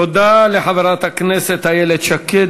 תודה לחברת הכנסת איילת שקד.